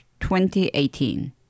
2018